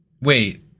Wait